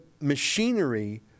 machinery